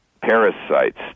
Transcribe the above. parasites